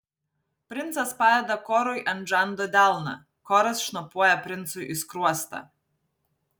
princas padeda korui ant žando delną koras šnopuoja princui į skruostą